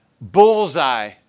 bullseye